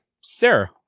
Sarah